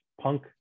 punk